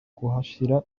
kuhashyira